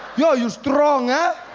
yo, you're strong ah